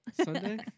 Sunday